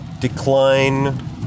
decline